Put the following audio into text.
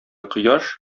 кояш